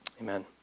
amen